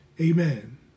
Amen